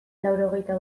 laurogeita